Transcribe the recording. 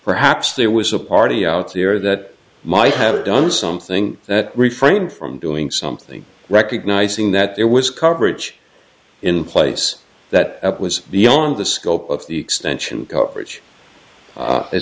perhaps there was a party out there that might have done something that refrain from doing something recognising that there was coverage in place that was beyond the scope of the extension coverage